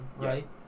right